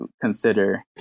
consider